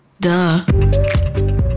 Duh